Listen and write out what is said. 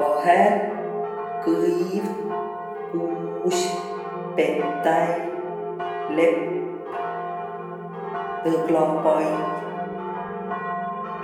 Vaher, kõiv, kuus+H, pettäi, lepp, nõglapai,